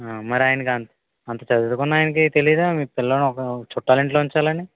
ఆ మరి ఆయనకి అంత చదువుకున్న ఆయనికి తెలీదా పిల్లా చుట్టాలు ఇంట్లో ఉంచాలని